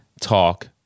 talk